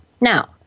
Now